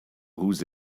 whose